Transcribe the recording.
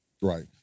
right